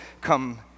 come